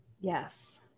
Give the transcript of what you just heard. Yes